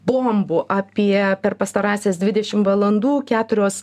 bombų apie per pastarąsias dvidešim valandų keturios